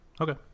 Okay